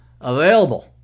available